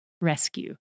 rescue